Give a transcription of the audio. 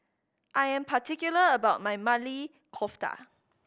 I am particular about my Maili Kofta